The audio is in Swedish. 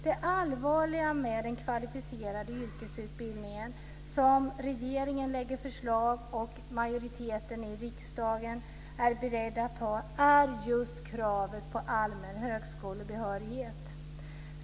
Det allvarliga med det förslag som regeringen har lagt fram till kvalificerad yrkesutbildning, och som majoriteten i riksdagen är beredd att anta, är just kravet på allmän högskolebehörighet.